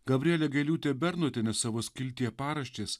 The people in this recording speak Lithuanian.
gabrielė gailiūtė bernotienė savo skiltyje paraštės